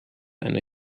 einer